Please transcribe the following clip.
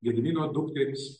gedimino dukterys